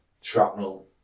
shrapnel